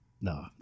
no